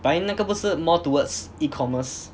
but then 那个不是 more towards e-commerce